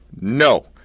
No